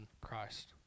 Christ